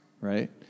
right